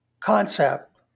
concept